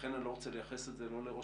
לכן אני לא רוצה לייחס את זה לא לראש